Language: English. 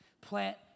plant